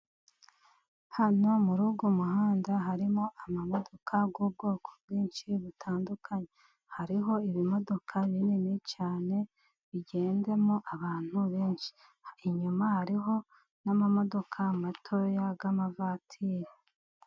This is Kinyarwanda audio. Hano muri uyu muhanda, harimo amamodoka y'ubwoko bwinshi butandukanye, hariho ibimodoka binini cyane, bigendamo abantu benshi, inyuma hariho n'amamodoka mato y'amavatiri.